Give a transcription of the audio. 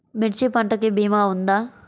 మిర్చి పంటకి భీమా ఉందా?